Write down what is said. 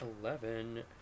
Eleven